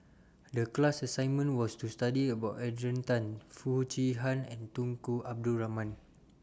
The class assignment was to study about Adrian Tan Foo Chee Han and Tunku Abdul Rahman